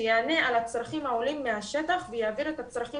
שיענה על הצרכים העולים מהשטח ויעביר את הצרכים